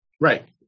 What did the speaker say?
right